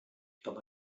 hab